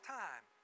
time